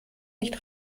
nicht